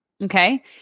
Okay